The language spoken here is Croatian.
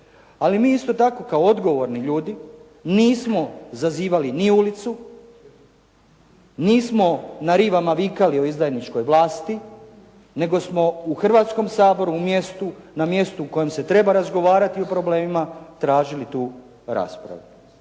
Ali mi isto tako, kao odgovorni ljudi, nismo zazivali ni ulicu, nismo na rivama vikali o izdajničkoj vlasti, nego smo u Hrvatskom saboru, na mjestu u kojem se treba razgovarati o problemima, tražili tu raspravu.